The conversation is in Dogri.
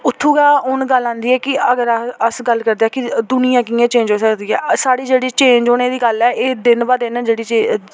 ते उत्थुं गै हून गल्ल आंदी ऐ कि अगर अस गल्ल करदे कि दुनियां कि'यां चेंज होई सकदी ऐ स्हाड़ी जेह्ड़ी चेंज होने दी गल्ल ऐ एह् दिन ब दिन जेह्ड़ी